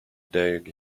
dug